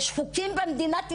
יש חוקים במדינת ישראל.